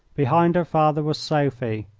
behind her father was sophie.